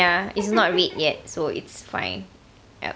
ya it's not red yet so it's fine ya